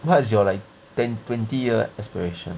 what is your like ten twenty year aspiration